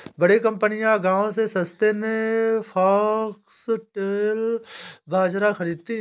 बड़ी कंपनियां गांव से सस्ते में फॉक्सटेल बाजरा खरीदती हैं